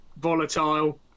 volatile